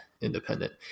independent